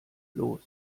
los